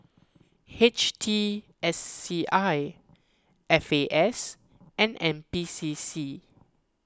H T S C I F A S and N P C C